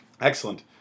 Excellent